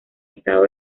estado